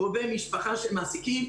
קרובי משפחה של מעסיקים,